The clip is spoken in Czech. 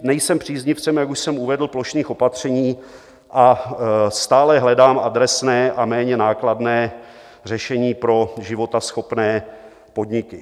Nejsem příznivcem, jak už jsem uvedl, plošných opatření a stále hledám adresné a méně nákladné řešení pro životaschopné podniky.